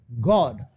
God